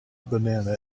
banana